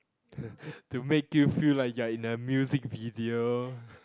to make you feel like you are in a music video